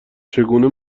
چگونه